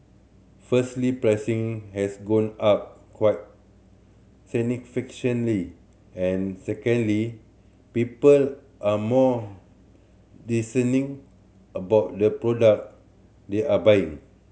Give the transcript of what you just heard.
firstly pricing has gone up quite significantly and secondly people are more discerning about the product they are buying